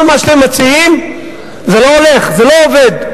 כל מה שאתם מציעים, זה לא הולך, זה לא עובד.